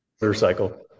motorcycle